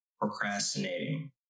procrastinating